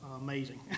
amazing